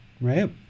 right